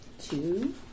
Two